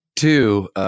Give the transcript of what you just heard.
Two